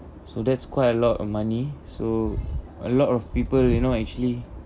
so that's quite a lot of money so a lot of people you know actually